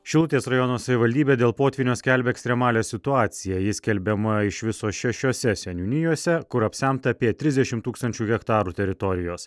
šilutės rajono savivaldybė dėl potvynio skelbia ekstremalią situaciją ji skelbiama iš viso šešiose seniūnijose kur apsemta apie trisdešimt tūkstančių hektarų teritorijos